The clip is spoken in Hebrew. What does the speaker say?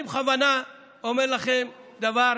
אני בכוונה אומר לכם דבר